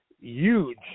huge